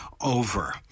over